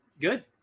Good